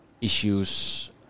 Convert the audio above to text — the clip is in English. issues